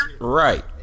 right